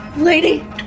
lady